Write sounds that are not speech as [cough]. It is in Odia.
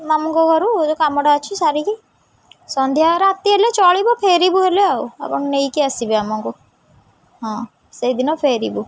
ମାମୁଁଙ୍କ ଘରୁ [unintelligible] କାମଟା ଅଛି ସାରିକି ସନ୍ଧ୍ୟା ରାତି ହେଲେ ଚଳିବ ଫେରିବୁ ହେଲେ ଆଉ ଆପଣ ନେଇକି ଆସିବେ ଆମକୁ ହଁ ସେଇଦିନ ଫେରିବୁ